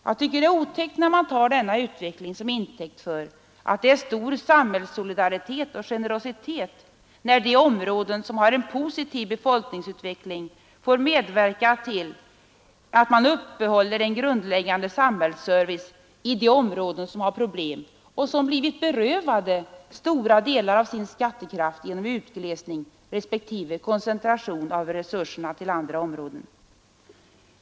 Jag tycker det är otäckt när man tar denna utveckling som intäkt för att det är stor samhällssolidaritet och generositet då de områden som har en positiv befolkningsutveckling ger bidrag till upprätthållande av grundläggande samhällsservice i de områden som har problem och som blivit berövade stora delar av sin skattekraft på grund av utglesningen respektive koncentrationen av resurserna till andra områden.